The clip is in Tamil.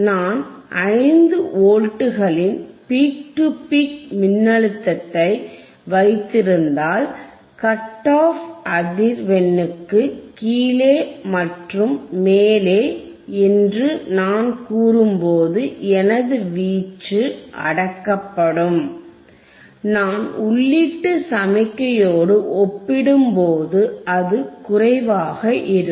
நான் 5 வோல்ட்டுகளின் பீக் டு பீக் மின்னழுத்தத்தை வைத்திருந்தால் கட் ஆப் அதிவெண்ணுக்கு கீழே மற்றும் மேலே என்று நான் கூறும்போது எனது வீச்சு அடக்கப்படும் நான் உள்ளீட்டு சமிஞையோடு ஒப்பிடும்போது அது குறைவாக இருக்கும்